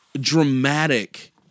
dramatic